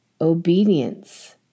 obedience